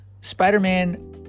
Spider-Man